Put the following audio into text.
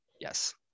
yes